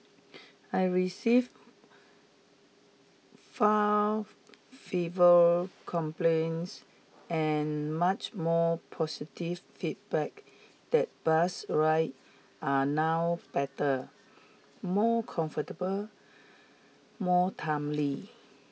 I receive far fever complaints and much more positive feedback that bus rides are now better more comfortable more timely